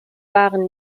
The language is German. waren